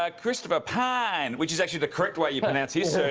ah christopher pyne, which is actually the correct way you pronounce his